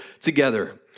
together